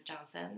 Johnson